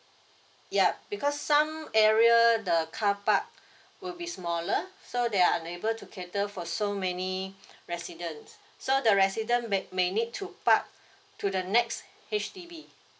ya because some area the carpark would be smaller so they are unable to cater for so many residents so the resident may may need to park to the next H_D_B